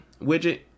widget